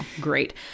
great